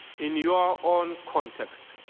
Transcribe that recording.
in your own context.